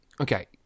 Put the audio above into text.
Okay